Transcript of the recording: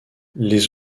les